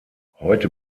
heute